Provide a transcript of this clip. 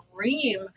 dream